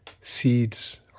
seeds